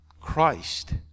Christ